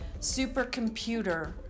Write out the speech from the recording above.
supercomputer